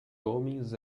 homens